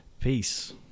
Peace